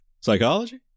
Psychology